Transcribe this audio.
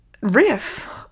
riff